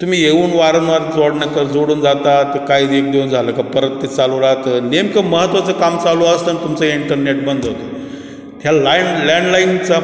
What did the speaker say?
तुम्ही येऊन वारंवार जोडणं कर जोडून जाता तर काही एक दिवस झालं का परत ते चालू राहतं नेमकं महत्त्वाचं काम चालू असताना तुमचं इंटरनेट बंद होतं ह्या लायन लँडलाईनचा